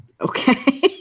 Okay